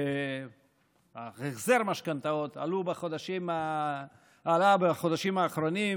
החזר המשכנתאות עלה בחודשים האחרונים,